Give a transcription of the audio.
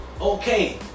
Okay